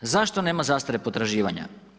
Zašto nema zastare potraživanja?